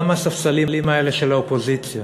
גם בספסלים האלה של האופוזיציה,